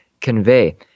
convey